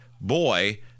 boy